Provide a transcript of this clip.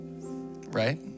right